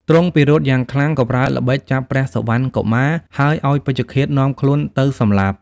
ទ្រង់ពិរោធយ៉ាងខ្លាំង ក៏ប្រើល្បិចចាប់ព្រះសុវណ្ណកុមារហើយឱ្យពេជ្ឈឃាតនាំខ្លួនទៅសម្លាប់។